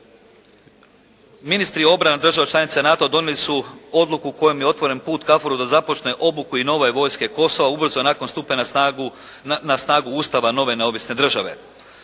Ministri obrane država članica NATO-a donijeli su odluku kojom je otvoren put KFOR-u da započne obuku i nove vojske Kosova ubrzo nakon stupanja na snagu Ustava nove neovisne države.